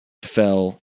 fell